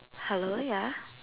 hello ya